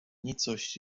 nicość